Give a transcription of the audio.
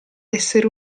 essere